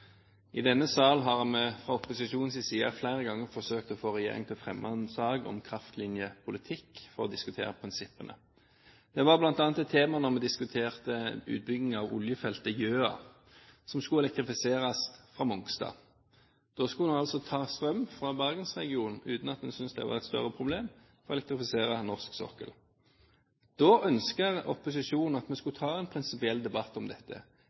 I denne sal har vi fra opposisjonens side flere ganger forsøkt å få regjeringen til å fremme en sak om kraftlinjepolitikk for å diskutere prinsippene. Det var bl.a. et tema da vi diskuterte utbygging av oljefeltet Gjøa, som skulle elektrifiseres fra Mongstad. Da skulle en altså ta strøm fra Bergensregionen, uten at en syntes det var et større problem, og elektrifisere norsk sokkel. Da ønsket opposisjonen at vi skulle ta en prinsipiell debatt om dette.